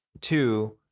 two